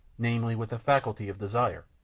namely, with the faculty of desire,